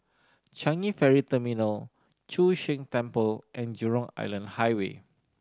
Changi Ferry Terminal Chu Sheng Temple and Jurong Island Highway